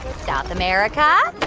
south america? oh,